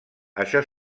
això